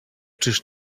czyż